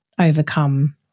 overcome